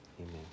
amen